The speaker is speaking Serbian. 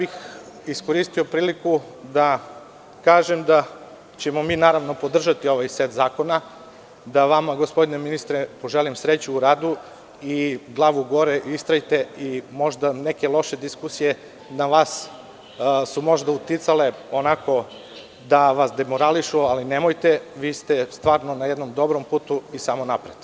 Iskoristio bih priliku da kažem da ćemo mi naravno podržati ovaj set zakona, da vama, gospodine ministre, poželim sreću u radu i glavu gore, istrajte i neke loše diskusije su možda na vas uticale da vas demorališu, ali nemojte, vi ste na dobrom putu i samo napred.